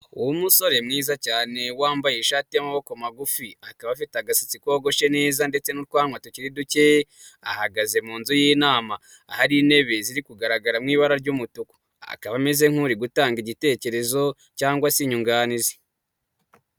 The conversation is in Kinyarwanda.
Uwo musore mwiza cyane wambaye ishati y'amaboko magufi, akaba afite agatsi kogoshe neza ndetse n'utwanwa tukiri duke, ahagaze mu nzu y'inama, ahari intebe ziri kugaragara mu ibara ry'umutuku, akaba ameze nk'uri gutanga igitekerezo cyangwa se inyunganizi.